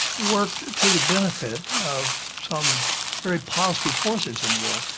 worked to the benefit of some very positive forces in the world.